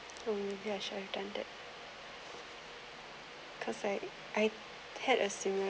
uh maybe I sure attended cause I take a similar